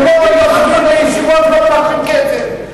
הם לא יושבים בישיבות ולא מבקשים כסף.